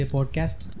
Podcast